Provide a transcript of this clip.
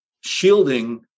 shielding